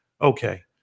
okay